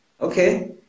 Okay